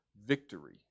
Victory